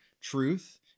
truth